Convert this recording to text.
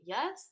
Yes